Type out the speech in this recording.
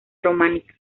románica